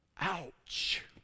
Ouch